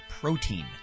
protein